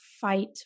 fight